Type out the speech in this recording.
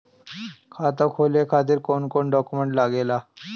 खाता खोले के खातिर कौन कौन डॉक्यूमेंट लागेला?